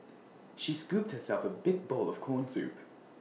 she scooped herself A big bowl of Corn Soup